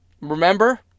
Remember